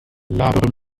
labere